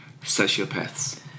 sociopaths